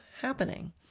happening